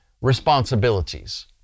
responsibilities